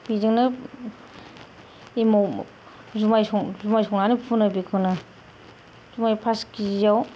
बेजोंनो एमाव जुमाय जुमाय संनानै फुनो बेखौनो जुमाय पास केजिआव